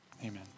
Amen